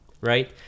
Right